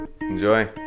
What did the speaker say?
enjoy